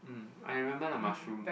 I remember the mushroom